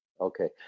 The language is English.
okay